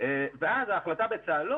אז ההחלטה בצבא הגנה לישראל היא לא,